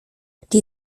die